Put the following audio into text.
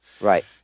Right